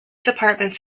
departments